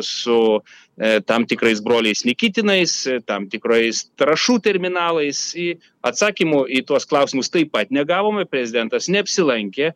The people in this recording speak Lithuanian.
su e tam tikrais broliais nikitinais tam tikrais trąšų terminalais į atsakymo į tuos klausimus taip pat negavome prezidentas neapsilankė